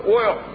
oil